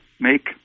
make